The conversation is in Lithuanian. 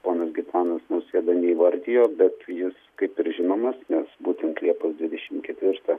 ponas gitanas nausėda neįvardijo bet jis kaip ir žinomas nes būtent liepos dvidešim ketvirtą